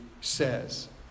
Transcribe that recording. says